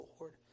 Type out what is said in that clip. Lord